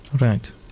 Right